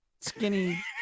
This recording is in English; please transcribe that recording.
skinny